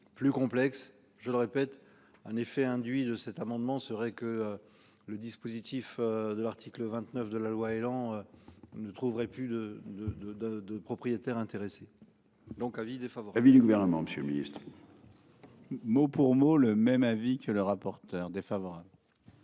plus complexe, je le répète un effet induit de cet amendement serait que. Le dispositif de l'article 29 de la loi Elan. Ne trouverait plus de de de de de propriétaires intéressés. Donc, avis défavorable du gouvernement, monsieur le ministre. Mot pour mot le même avis que le rapporteur défavorable.